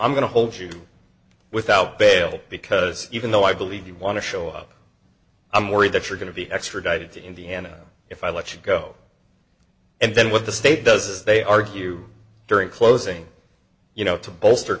i'm going to hold you without bail because even though i believe you want to show up i'm worried that you're going to be extradited to indiana if i let you go and then what the state does is they argue during closing you know to bolster